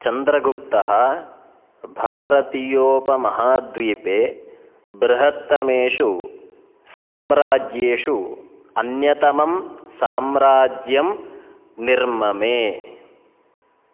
चन्द्रगुप्तः भारतीयोपमहाद्वीपे बृहत्तमेषु साम्राज्येषु अन्यतमं साम्राज्यं निर्ममे